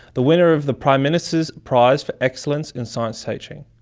the winner of the prime minister's prize for excellence in science teaching,